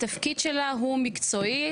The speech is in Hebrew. התפקיד שלה הוא מקצועי,